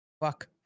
Fuck